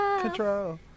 Control